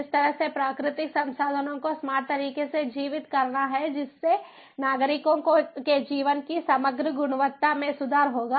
जिस तरह से प्राकृतिक संसाधनों को स्मार्ट तरीके से जीवित करना है जिससे नागरिकों के जीवन की समग्र गुणवत्ता में सुधार होगा